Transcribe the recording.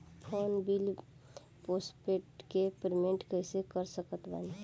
Phone bill postpaid के payment कैसे कर सकत बानी?